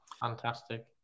Fantastic